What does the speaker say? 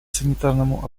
санитарному